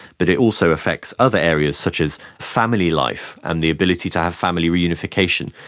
but it also affects other areas such as family life and the ability to have family reunification.